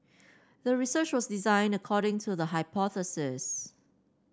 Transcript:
the research was designed according to the hypothesis